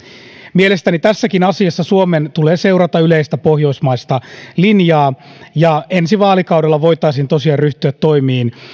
mielestäni tässäkin asiassa suomen tulee seurata yleistä pohjoismaista linjaa ja ensi vaalikaudella voitaisiin tosiaan ryhtyä toimiin